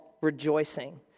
rejoicing